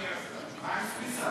אדוני השר, על סויסה.